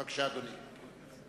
בבקשה, אדוני.